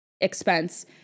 expense